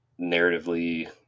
narratively